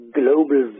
global